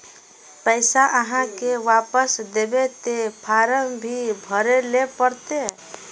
पैसा आहाँ के वापस दबे ते फारम भी भरें ले पड़ते?